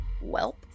Welp